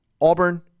Auburn